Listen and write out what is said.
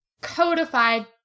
codified